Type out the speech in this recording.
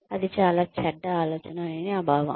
అది చాలా చెడ్డ ఆలోచన అని నా భావం